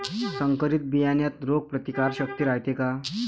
संकरित बियान्यात रोग प्रतिकारशक्ती रायते का?